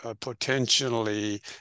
potentially